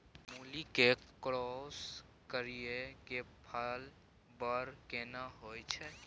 मूली के क्रॉस करिये के फल बर केना होय छै?